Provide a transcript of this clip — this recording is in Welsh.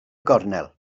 gornel